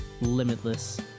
limitless